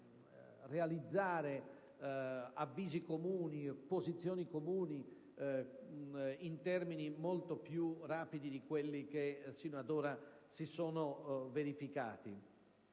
realizzare avvisi e posizioni comuni in termini molto più rapidi di quelli che si sono verificati